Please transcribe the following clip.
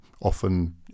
often